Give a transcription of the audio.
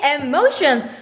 emotions